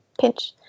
pinch